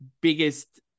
biggest